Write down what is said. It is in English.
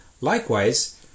Likewise